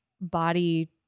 body